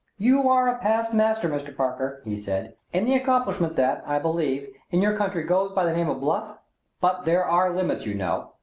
you are a past master, mr. parker, he said, in the accomplishment that, i believe, in your country goes by the name of bluff but there are limits, you know.